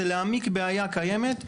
זה להעמיק בעיה קיימת בהחזרים.